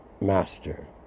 master